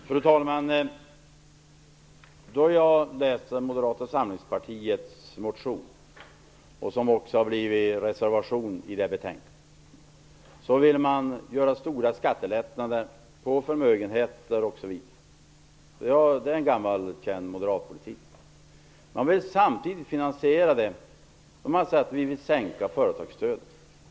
Fru talman! Jag har läst Moderata samlingspartiets motion som också har utmynnat i en reservation till detta betänkande. Man vill genomföra stora skattelättnader när det gäller förmögenheter osv. Det är en gammal och känd moderatpolitik. Moderaterna säger att de vill sänka företagsstödet.